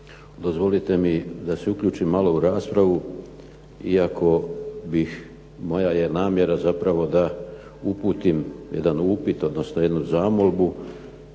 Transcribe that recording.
Dozvolite mi da se uključim malo u raspravu iako bih, moja je namjera zapravo da uputim jedan upit odnosno jednu zamolbu